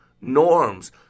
Norms